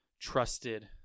trusted